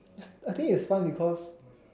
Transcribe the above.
I I think it's fun because